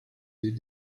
des